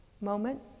moment